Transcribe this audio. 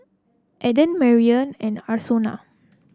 Enid Merrily and Arsenio